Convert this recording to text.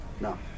no